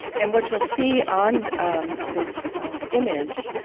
and what you'll see on this image,